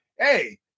Hey